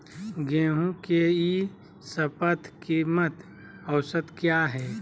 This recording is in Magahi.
गेंहू के ई शपथ कीमत औसत क्या है?